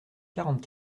quarante